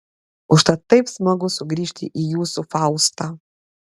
užtat taip smagu sugrįžti į jūsų faustą